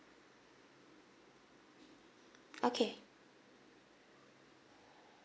okay